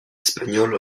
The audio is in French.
espagnol